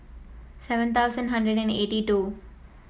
seven thousand hundred and eighty two